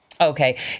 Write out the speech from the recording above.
Okay